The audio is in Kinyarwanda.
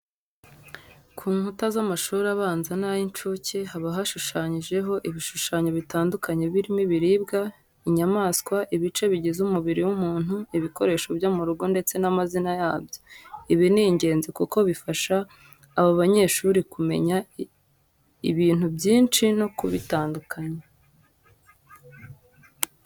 Ku nkuta z'amashuri abanza n'ay'incuke haba hashushanyijeho ibishyushanyo bitandukanye birimo ibiribwa, inyamaswa, ibice bigize umubiri w'umuntu, ibikoresho byo mu rugo ndetse n'amazina yabyo. Ibi ni ingenzi kuko bifasha aba banyeshuri kumenya ibintu byinshi no kubitandukanya.